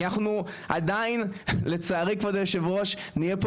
כי אנחנו עדיין לצערי כבוד היו"ר נהיה פה